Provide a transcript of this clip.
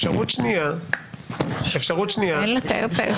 אני חושב שכמעט כל מה שאני עושה פה זה להתייחס למה